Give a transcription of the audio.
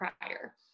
prior